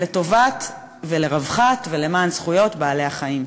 לטובת ולרווחת ולמען בעלי-החיים.